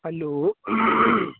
hello